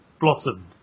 blossomed